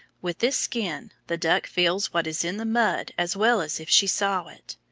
with this skin the duck feels what is in the mud as well as if she saw it.